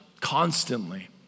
constantly